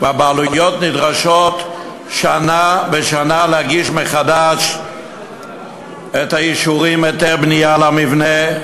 והבעלויות נדרשות שנה בשנה להגיש מחדש את האישורים: היתר בנייה למבנה,